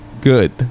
good